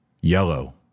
Yellow